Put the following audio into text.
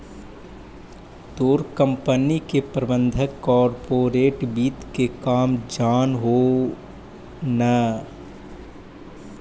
तोर कंपनी के प्रबंधक कॉर्पोरेट वित्त के काम जान हो न